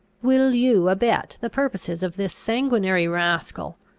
will you abet the purposes of this sanguinary rascal,